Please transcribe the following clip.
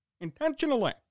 intentionally